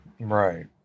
Right